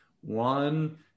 One